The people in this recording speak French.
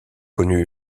connu